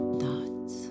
thoughts